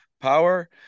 power